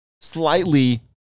Slightly